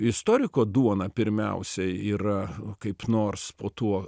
istoriko duona pirmiausiai yra kaip nors po tuo